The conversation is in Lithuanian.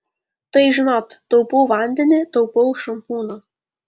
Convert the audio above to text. tai žinot taupau vandenį taupau šampūną